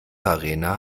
arena